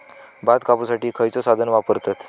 भात कापुसाठी खैयचो साधन वापरतत?